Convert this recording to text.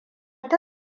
ta